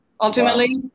ultimately